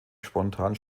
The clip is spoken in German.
spontan